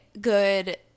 good